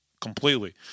completely